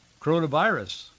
coronavirus